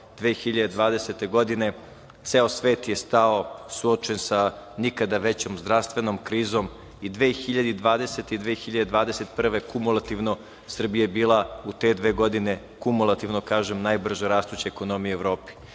2020. godine, ceo svet je stao, suočio sa nikada većom zdravstvenom krizom i 2020. godine i 2021. godine kumulativno Srbija je bila u te dve godine kumulativna najbrže rastuća ekonomija u Evropi.